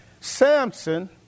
Samson